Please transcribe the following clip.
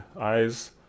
eyes